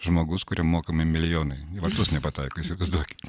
žmogus kuriam mokami milijonai į vartus nepataiko įsivaizduokit